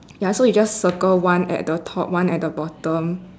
ya so you just circle one at the top one at the bottom